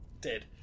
Dead